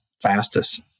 fastest